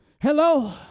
Hello